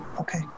Okay